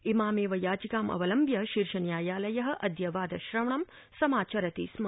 इमामेव याचिकां अवलम्बय शीर्षन्यायालय अद्य वादश्रवणं समाचरित स्म